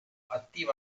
attiva